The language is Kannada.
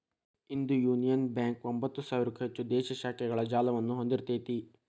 ಇಂದು ಯುನಿಯನ್ ಬ್ಯಾಂಕ ಒಂಭತ್ತು ಸಾವಿರಕ್ಕೂ ಹೆಚ್ಚು ದೇಶೇ ಶಾಖೆಗಳ ಜಾಲವನ್ನ ಹೊಂದಿಇರ್ತೆತಿ